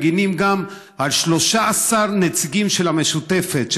מגינים גם על 13 נציגים של המשותפת,